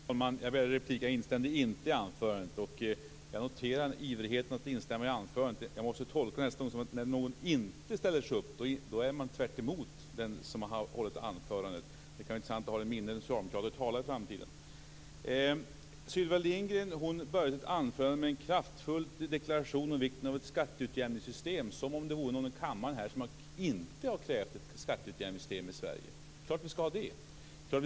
Fru talman! Jag begärde replik, jag instämde inte i anförandet. Jag noterar ivrigheten i att instämma i anförandet. Jag måste tolka det så att när man inte ställer sig upp tycker man tvärtemot den som har hållit anförandet. Det kan vara intressant att ha det i minnet när socialdemokrater talar i framtiden. Sylvia Lindgren började sitt anförande med en kraftfull deklaration om vikten av ett skatteutjämningssystem som om det vore någon här i kammaren som inte har krävt ett skatteutjämningssystem i Sverige. Det är klart att vi skall ha det.